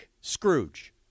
Scrooge